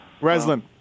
Reslin